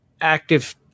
active